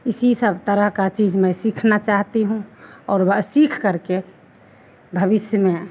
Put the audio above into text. इसी सब तरह का चीज मैं सीखना चाहती हूँ और वह सीख करके भविष्य में